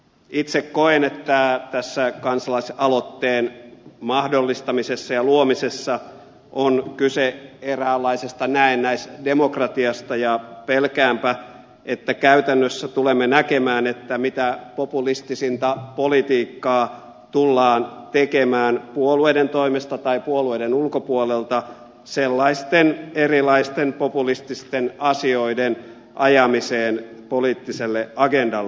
itse koen että tässä kansalaisaloitteen mahdollistamisessa ja luomisessa on kyse eräänlaisesta näennäisdemokratiasta ja pelkäänpä että käytännössä tulemme näkemään että mitä populistisinta politiikkaa tullaan tekemään puolueiden toimesta tai puolueiden ulkopuolelta sellaisten erilaisten populististen asioiden ajamiseen poliittiselle agendalle